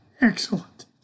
excellent